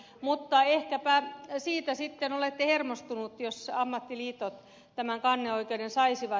mutta ehkäpä siitä sitten olette hermostunut jos ammattiliitot tämän kanneoikeuden saisivat